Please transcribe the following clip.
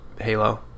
Halo